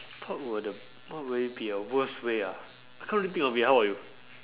what will the what will it be ah worst way ah can't really think of it how about you